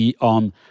on